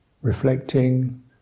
reflecting